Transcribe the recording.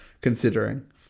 considering